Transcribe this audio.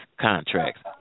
contracts